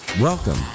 Welcome